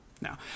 Now